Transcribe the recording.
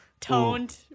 Toned